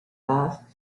vast